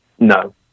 No